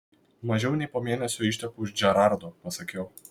mažiau nei po mėnesio išteku už džerardo pasakiau